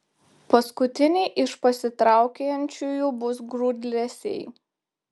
paskutiniai iš pasitraukiančiųjų bus grūdlesiai